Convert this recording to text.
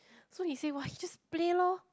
so he says !wah! he just play lor